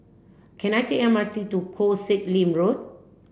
can I take M R T to Koh Sek Lim Road